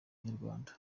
inyarwanda